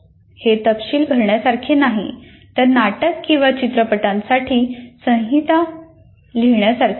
हे तपशील भरण्यासारखे नाही तर नाटक किंवा चित्रपटासाठी संहिता लिहिण्यासारखे आहे